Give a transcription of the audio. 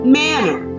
manner